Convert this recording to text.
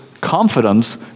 confidence